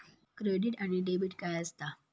Credit आणि debit काय असता?